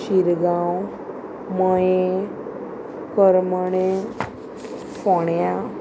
शिरगांव मये करमणें फोण्या